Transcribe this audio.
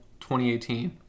2018